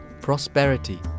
prosperity